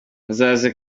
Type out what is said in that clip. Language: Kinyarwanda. bazaze